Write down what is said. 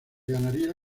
ganaría